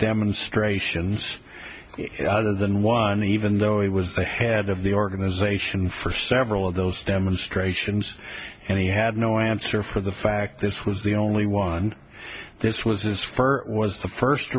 demonstrations other than one even though he was the head of the organization for several of those demonstrations and he had no answer for the fact this was the only one this was his first was the first